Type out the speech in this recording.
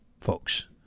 folks